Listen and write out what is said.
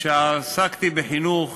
כשעסקתי בחינוך,